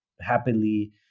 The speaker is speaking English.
happily